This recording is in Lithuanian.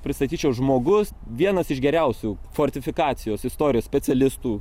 pristatyčiau žmogus vienas iš geriausių fortifikacijos istorijos specialistų